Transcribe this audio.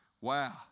Wow